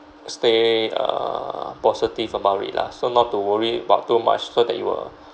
stay uh positive about it lah so not to worry about too much so that it will